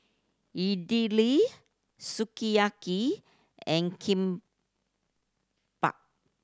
Idili Sukiyaki and Kimbap